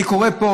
אני קורא פה,